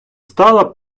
стала